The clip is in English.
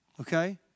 okay